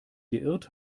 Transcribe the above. geirrt